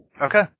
Okay